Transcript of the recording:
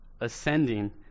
ascending